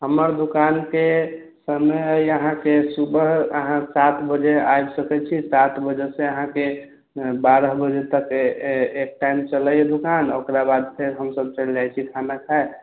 हमर दुकानके समय अछि अहाँकेँ सुबह अहाँ सात बजे आबि सकैत छी सात बजेसँ अहाँँकेँ बारह बजे तक एक टाइम चलैए दुकान ओकरा बाद फेर हमसब चलि जाइत छी खाना खाइत